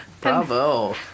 Bravo